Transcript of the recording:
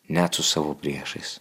net su savo priešais